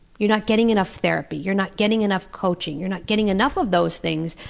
you're not getting enough therapy, you're not getting enough coaching, you're not getting enough of those things,